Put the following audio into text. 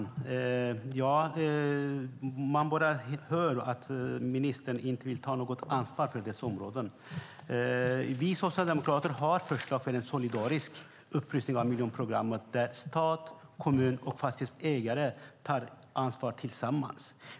Herr talman! Man hör att ministern inte vill ta något ansvar för dessa områden. Vi socialdemokrater har förslag till en solidarisk upprustning av miljonprogrammet där stat, kommun och fastighetsägare tillsammans tar ansvar.